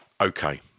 Okay